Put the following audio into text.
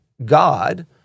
God